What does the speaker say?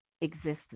existence